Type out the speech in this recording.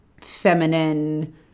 feminine